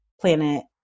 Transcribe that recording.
planet